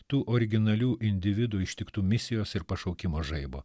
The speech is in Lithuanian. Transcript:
tų originalių individų ištiktų misijos ir pašaukimo žaibo